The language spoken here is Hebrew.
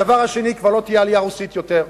הדבר השני: כבר לא תהיה עלייה רוסית יותר,